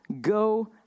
go